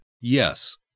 yes